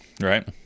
Right